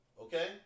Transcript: Okay